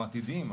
או העתידיים,